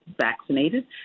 vaccinated